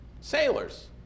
sailors